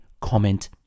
comment